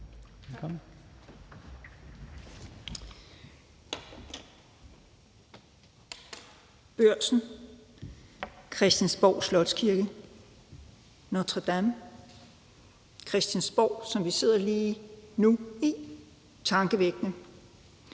Børsen, Christiansborg Slotskirke, Notre-Dame, Christiansborg, som vi sidder i lige nu – det er tankevækkende.